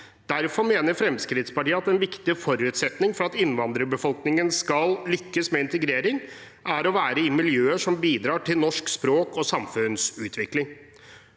Derfor mener Fremskrittspartiet at en viktig forutsetning for at innvandrerbefolkningen skal lykkes med integrering, er å være i miljøer som bidrar til norsk språk og samfunnsutvikling.